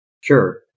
Sure